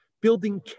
building